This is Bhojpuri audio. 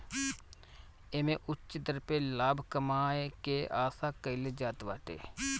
एमे उच्च दर पे लाभ कमाए के आशा कईल जात बाटे